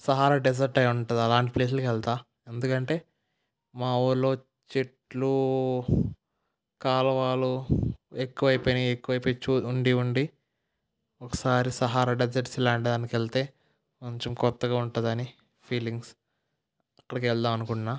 Sahara desert అయి ఉంటుంది ప్లేస్లకి వెళతా ఎందుకంటే మా ఊళ్ళో చెట్లు కాలువలు ఎక్కువ అయిపోయినాయి ఎక్కువైపోయి ఉండి ఉండి ఒకసారి సహారా డెజర్ట్ ఇలాంటి దానికి వెళితే కొంచెం కొత్తగా ఉంటుందని ఫీలింగ్స్ అక్కడికి వెళదాం అనుకుంటున్నాను